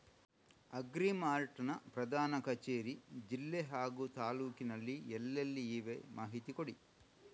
Agri mart ನ ಪ್ರಧಾನ ಕಚೇರಿ ಜಿಲ್ಲೆ ಹಾಗೂ ತಾಲೂಕಿನಲ್ಲಿ ಎಲ್ಲೆಲ್ಲಿ ಇವೆ ಮಾಹಿತಿ ಕೊಡಿ?